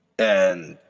and.